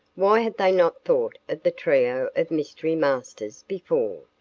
why had they not thought of the trio of mystery masters before?